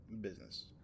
Business